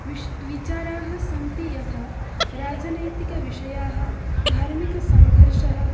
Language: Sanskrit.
विश् विचाराः सन्ति यथा राजनैतिकविषयाः धार्मिकसङ्घर्षः